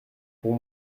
pour